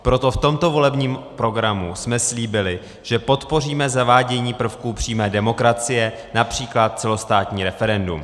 Proto jsme v tomto volebním programu slíbili, že podpoříme zavádění prvků přímé demokracie, například celostátní referendum.